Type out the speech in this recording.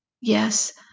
Yes